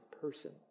person